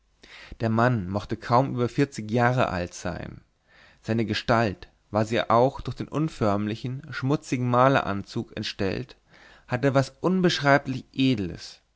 der mann mochte kaum über vierzig jahre alt sein seine gestalt war sie auch durch den unförmlichen schmutzigen maleranzug entstellt hatte was unbeschreiblich edles